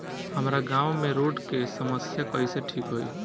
हमारा गाँव मे रोड के समस्या कइसे ठीक होई?